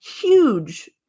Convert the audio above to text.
huge